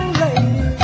lady